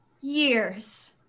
years